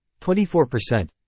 24%